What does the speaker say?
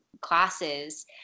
classes